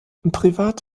privat